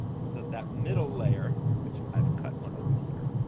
and so that middle layer, which i've cut one open here,